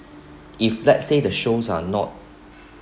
if let's say the shows are not